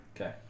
Okay